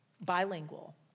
bilingual